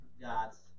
God's